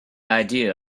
idea